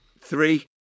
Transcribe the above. Three